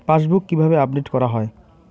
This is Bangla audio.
পাশবুক কিভাবে আপডেট করা হয়?